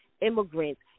immigrants